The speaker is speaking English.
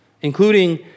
including